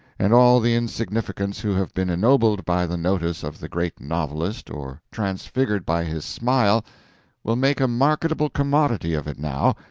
and all the insignificants who have been ennobled by the notice of the great novelist or transfigured by his smile will make a marketable commodity of it now,